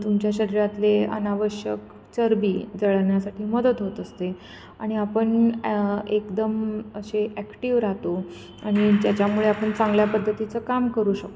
तुमच्या शरीरातले अनावश्यक चरबी जळवण्यासाठी मदत होत असते आणि आपण एकदम असे ॲक्टिव्ह राहतो आणि ज्याच्यामुळे आपण चांगल्या पद्धतीचं काम करू शकतो